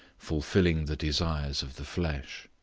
fulfilling the desires of the flesh.